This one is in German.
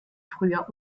früher